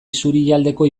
isurialdeko